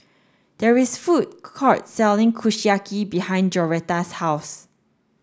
there is a food court selling Kushiyaki behind Joretta's house